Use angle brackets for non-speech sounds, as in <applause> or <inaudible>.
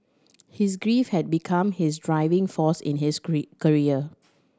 his grief had become his driving force in his <unintelligible> career